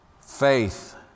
Faith